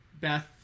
Beth